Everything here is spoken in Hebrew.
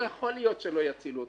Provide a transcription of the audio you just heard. לא יכול להיות שלא יצילו אותו.